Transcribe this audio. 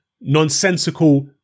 nonsensical